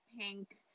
pink